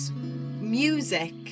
music